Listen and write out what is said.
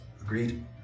Agreed